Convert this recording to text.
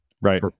Right